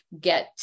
get